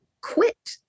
quit